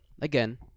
again